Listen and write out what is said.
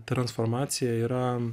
transformacija yra